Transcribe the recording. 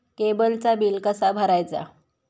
केबलचा बिल कसा भरायचा?